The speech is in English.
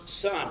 son